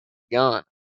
gone